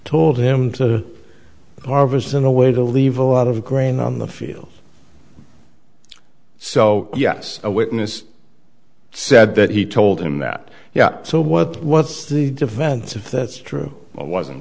told him to harvest in a way to leave a lot of grain on the field so yes a witness said that he told him that yeah so what what's the defense if that's true wasn't